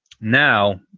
now